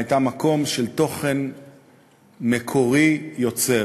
הייתה מקום של תוכן מקורי יוצר,